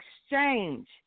exchange